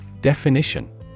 Definition